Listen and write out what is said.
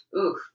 Oof